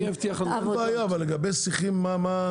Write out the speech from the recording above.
אין בעיה, אבל לגבי שיחים, מה הבעיה?